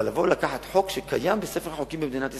אבל לבוא ולקחת חוק שקיים בספר החוקים במדינת ישראל,